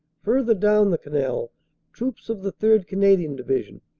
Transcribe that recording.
further down the canal troops of the third. canadian division,